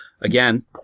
again